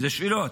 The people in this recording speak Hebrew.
אלה שאלות,